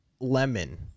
lemon